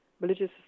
Religious